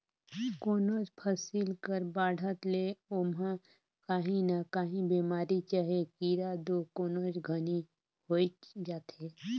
कोनोच फसिल कर बाढ़त ले ओमहा काही न काही बेमारी चहे कीरा दो कोनोच घनी होइच जाथे